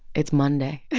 it's monday